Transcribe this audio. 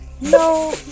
no